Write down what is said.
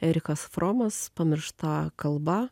erikas fromas pamiršta kalba